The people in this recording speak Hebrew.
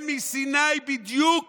הם מסיני, בדיוק